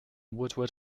woodward